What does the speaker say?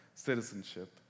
Citizenship